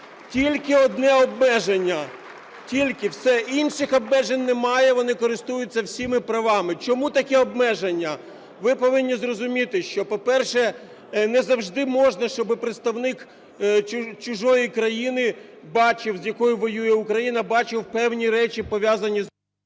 Тільки одне обмеження, тільки. Все, інших обмежень немає, вони користуються всіма правами. Чому таке обмеження? Ви повинні зрозуміти, що, по-перше, не завжди можна, щоб представник чужої країни бачив… з якою воює Україна, бачив певні речі, пов'язані…